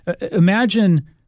Imagine